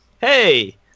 hey